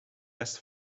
rest